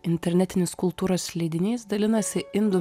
internetinis kultūros leidinys dalinasi indų